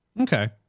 Okay